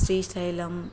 Srisailam